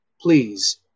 please